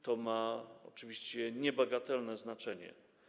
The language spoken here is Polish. To ma oczywiście niebagatelne znaczenie.